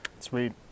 sweet